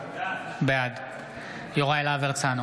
בעד יוראי להב הרצנו,